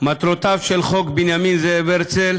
מטרותיו של חוק בנימין זאב הרצל